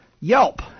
Yelp